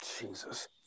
Jesus